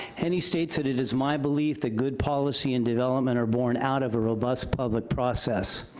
and he states that it is my belief that good policy and development are born out of a robust public process.